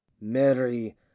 Mary